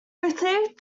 received